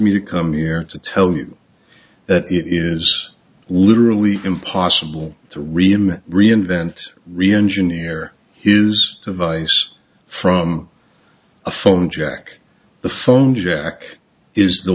me to come here to tell you that it is literally impossible to reema reinvent reengineer his device from a phone jack the phone jack is the